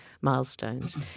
milestones